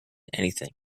anything